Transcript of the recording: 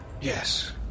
yes